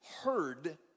heard